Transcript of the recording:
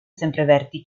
sempreverdi